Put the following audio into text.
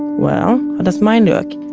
well, what does mine look